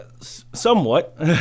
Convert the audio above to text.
Somewhat